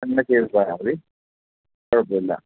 അങ്ങനെ ചെയ്യാം സാറെ അത് കുഴപ്പമില്ല